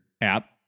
app